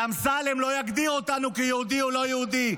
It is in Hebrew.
ואמסלם לא יגדיר אותנו כיהודי או לא יהודי.